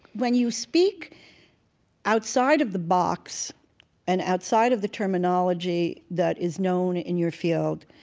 when you speak outside of the box and outside of the terminology that is known in your field,